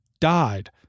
died